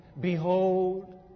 Behold